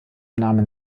namen